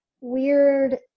weird